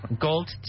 Gold